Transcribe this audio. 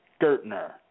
Gertner